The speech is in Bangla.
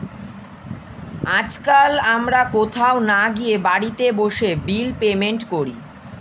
আজকাল আমরা কোথাও না গিয়ে বাড়িতে বসে বিল পেমেন্ট করি